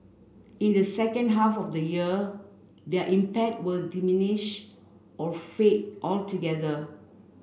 in the second half of the year their impact will diminish or fade altogether